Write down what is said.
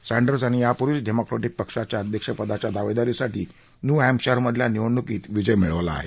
सर्विर्स यांनी यापूर्वीच डेमोक्रीतिक पक्षाच्या अध्यक्षपदाच्या दावेदारीसाठी न्यू हस्तिशायर मधल्या निवडणुकीत विजय मिळवला आहे